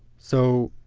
so,